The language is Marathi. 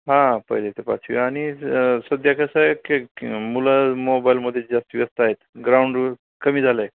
हां पहिले ते पाचवी आणि सध्या कसं आहे की की मुलं मोबाईलमध्येच जास्त व्यस्त आहेत ग्राउंडवर कमी झालं आहे